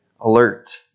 alert